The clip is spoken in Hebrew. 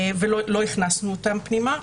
לא הכנסנו אותם פנימה.